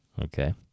Okay